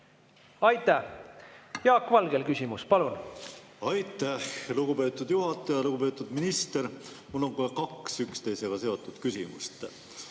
Aitäh! Jaak Valgel on küsimus. Palun! Aitäh, lugupeetud juhataja! Lugupeetud minister! Mul on kaks üksteisega seotud küsimust.